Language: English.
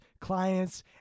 clients